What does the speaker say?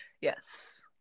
Yes